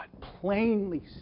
plainly